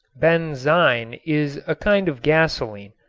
benzine is a kind of gasoline,